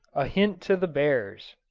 a hint to the bears